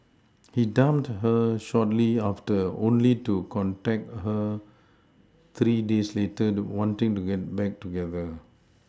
he dumped her shortly after only to contact her three days later wanting to get back together